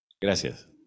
Gracias